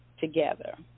together